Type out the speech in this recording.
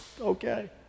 okay